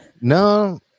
no